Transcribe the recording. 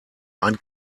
ein